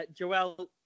Joelle